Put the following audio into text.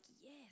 yes